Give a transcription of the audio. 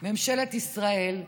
ממשלת ישראל.